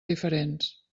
diferents